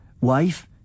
Wife